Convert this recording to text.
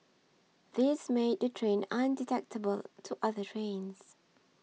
this made the train undetectable to other trains